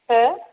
हो